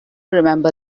remember